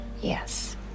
Yes